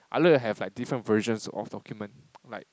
I need to have different versions of document like